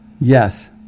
yes